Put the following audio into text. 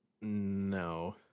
No